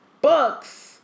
books